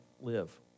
live